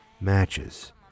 matches